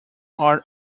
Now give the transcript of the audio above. are